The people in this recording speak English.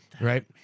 Right